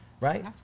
right